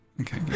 okay